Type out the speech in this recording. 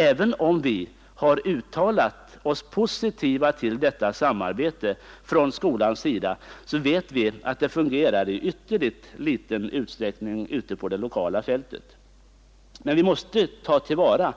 Även om vi har förklarat oss vara positiva till detta samarbete från skolans sida, så vet vi att det fungerar i ytterligt liten utsträckning ute på fältet. Vi måste i skolan ta till vara